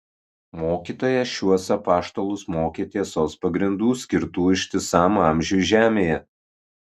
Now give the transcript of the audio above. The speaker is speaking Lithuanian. mokytojas šiuos apaštalus mokė tiesos pagrindų skirtų ištisam amžiui žemėje